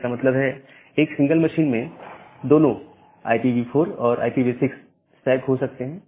इसका मतलब है एक सिंगल मशीन में दोनों IPv4 और IPv6 स्टैक हो सकते हैं